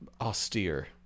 austere